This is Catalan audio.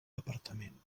departament